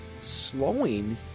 slowing